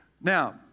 Now